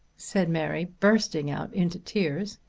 said mary, bursting out into tears.